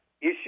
issue